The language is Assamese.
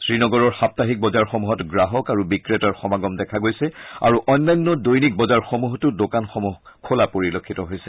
শ্ৰীনগৰৰ সাপ্তাহিক বজাৰসমূহত গ্ৰাহক আৰু বিক্ৰেতাৰ সমাগম দেখা গৈছে আৰু অন্যান্য দৈনিক বজাৰসমূহতো দোকানসমূহ খোলা পৰিলক্ষিত হৈছে